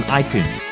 iTunes